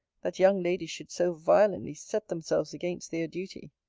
that young ladies should so violently set themselves against their duty.